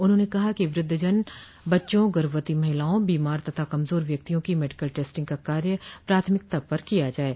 उन्होंने कहा कि वृद्धजन बच्चों गर्भवती महिलाओं बीमार तथा कमजोर व्यक्तियों की मेडिकल टेस्टिंग का कार्य प्राथमिकता पर किया जाये